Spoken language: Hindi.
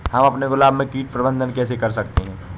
हम अपने गुलाब में कीट प्रबंधन कैसे कर सकते है?